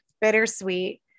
bittersweet